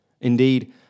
Indeed